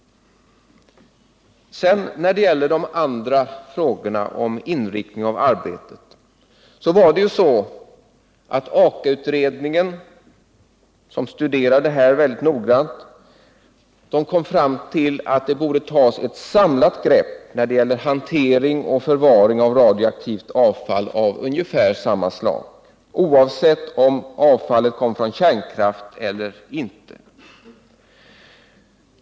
När det gäller de andra frågorna, om inriktningen av arbetet, kom Akautredningen, som studerade saken väldigt noggrant, fram till att det borde tas ett samlat grepp kring hantering och förvaring av radioaktivt avfallav ungefär samma slag, oavsett om avfallet kom från kärnkraft eller inte.